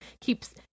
keeps